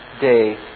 day